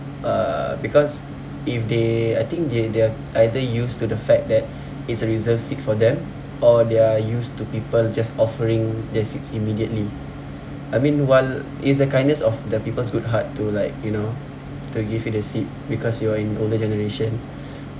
uh because if they I think they they are either used to the fact that it's a reserved seat for them or they're used to people just offering their seats immediately I mean while it's a kindness of the people's good heart to like you know to give you the seats because you are in older generation